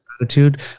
attitude